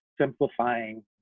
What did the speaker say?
simplifying